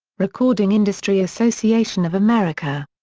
recording industry association of america.